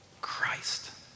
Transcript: Christ